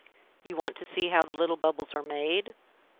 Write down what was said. you want to see how the little bubbles are made?